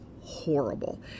horrible